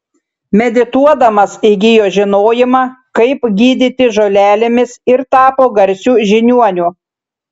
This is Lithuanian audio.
medituodamas įgijo žinojimą kaip gydyti žolelėmis ir tapo garsiu žiniuoniu